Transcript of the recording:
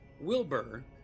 Wilbur